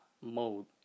mode